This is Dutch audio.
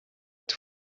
het